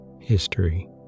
History